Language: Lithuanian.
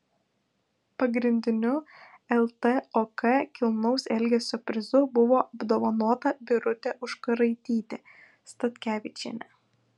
pagrindiniu ltok kilnaus elgesio prizu buvo apdovanota birutė užkuraitytė statkevičienė